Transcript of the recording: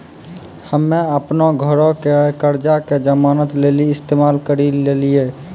हम्मे अपनो घरो के कर्जा के जमानत लेली इस्तेमाल करि लेलियै